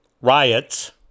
riots